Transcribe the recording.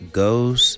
goes